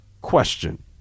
question